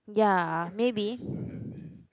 ya maybe